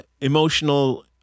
emotional